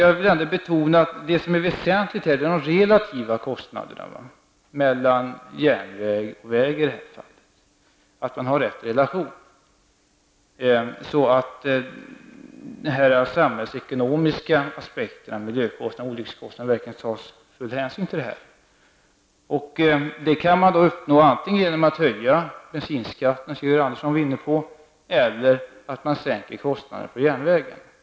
Jag vill ändå betona att det väsentliga är de relativa kostnaderna, i det här fallet mellan järnväg och biltrafik. Det bör tas full hänsyn till den samhällsekonomiska aspekten av miljökostnaderna så att man får rätt relation på den punkten. Det kan man uppnå antingen genom att höja bensinskatten, vilket Georg Andersson var inne på, eller genom att sänka kostnaderna för järnvägen.